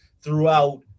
throughout